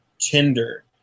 Tinder